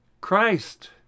Christ